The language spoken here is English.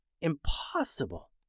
Impossible